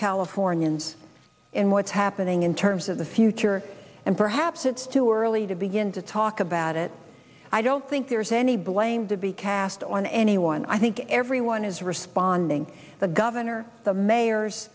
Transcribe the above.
californians in what's happening in terms of the future and perhaps it's too early to begin to talk about it i don't think there's any blame to be cast on anyone i think everyone is responding the governor the mayor